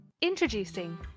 Introducing